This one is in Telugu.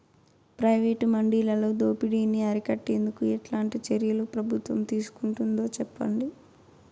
ప్రైవేటు మండీలలో దోపిడీ ని అరికట్టేందుకు ఎట్లాంటి చర్యలు ప్రభుత్వం తీసుకుంటుందో చెప్పండి?